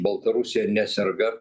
baltarusiją neserga